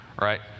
right